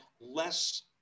less